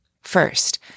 First